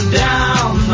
down